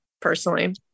personally